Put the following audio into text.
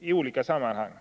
i olika sammanhang.